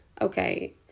okay